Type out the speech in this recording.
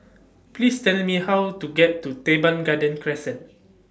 Please Tell Me How to get to Teban Garden Crescent